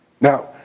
Now